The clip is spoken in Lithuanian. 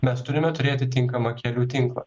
mes turime turėti tinkamą kelių tinklą